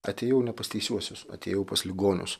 atėjau ne pas teisiuosius atėjau pas ligonius